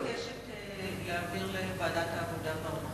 אני מבקשת להעביר לוועדת העבודה.